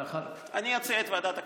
אני אציע את ועדת הכלכלה,